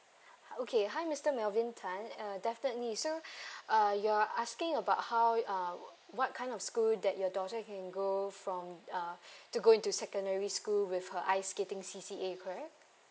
okay hi mister melvin tan uh definitely so uh you're asking about how uh what kind of school that your daughter can go from uh to go into secondary school with her ice skating C_C_A correct